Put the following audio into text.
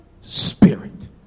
Spirit